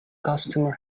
customer